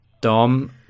dom